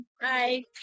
Bye